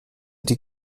die